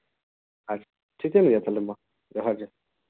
ᱟᱨ ᱴᱷᱤᱠᱟᱹᱱ ᱜᱮᱭᱟ ᱛᱟᱦᱞᱮ ᱢᱟ ᱡᱚᱦᱟᱨ ᱡᱚᱦᱟᱨ